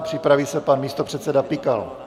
Připraví se pan místopředseda Pikal.